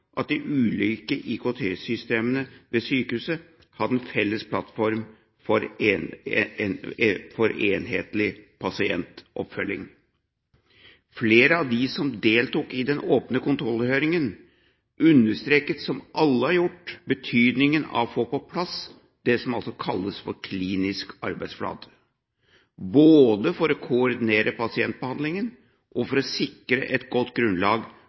at de ulike IKT-systemene ved sykehuset hadde en felles plattform for enhetlig pasientoppfølging. Flere av dem som deltok i den åpne kontrollhøringen, understreket, som alle har gjort, betydningen av å få på plass det som altså kalles for klinisk arbeidsflate, både for å koordinere pasientbehandlingen og for å sikre et godt grunnlag